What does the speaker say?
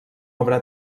obra